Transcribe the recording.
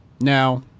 now